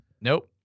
Nope